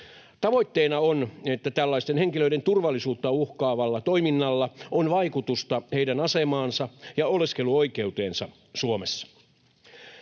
Tavoitteena on, että tällaisten henkilöiden turvallisuutta uhkaavalla toiminnalla on vaikutusta heidän asemaansa ja oleskeluoikeuteensa Suomessa.